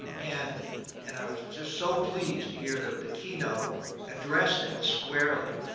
and and i was just so pleased to hear that the keynote addressed that squarely.